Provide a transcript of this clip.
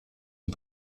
une